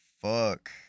Fuck